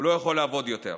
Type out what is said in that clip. הוא לא יכול לעבוד יותר.